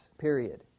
period